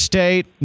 State